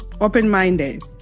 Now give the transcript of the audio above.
open-minded